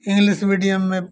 English medium में